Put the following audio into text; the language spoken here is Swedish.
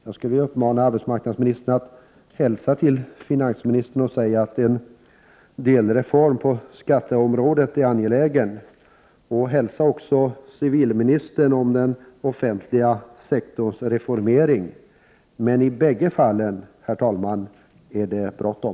Jag skulle vilja uppmana arbetsmarknadsministern att hälsa till finansministern och säga att en delreform på skatteområdet är angelägen. Hälsa också civilministern och påminn om den offentliga sektorns reformering. Men i bägge fallen, herr talman, är det bråttom.